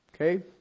Okay